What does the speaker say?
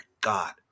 god